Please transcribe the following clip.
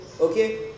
okay